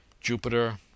Jupiter